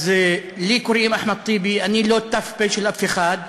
אז לי קוראים אחמד טיבי, אני לא ת"פ של אף אחד.